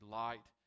light